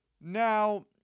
Now